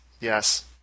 Yes